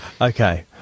Okay